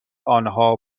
آنها